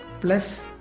plus